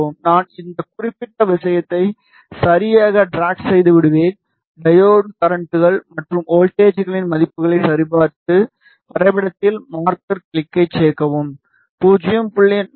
நான் இந்த குறிப்பிட்ட விஷயத்தை சரியாக ட்ராக் செய்து விடுவேன் டையோடு கரண்ட்கள் மற்றும் வோல்ட்டேஜ்களின் மதிப்புகளை சரிபார்த்து வரைபடத்தில் மார்க்கர் கிளிக்கைச் சேர்க்கவும் 0